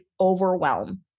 overwhelm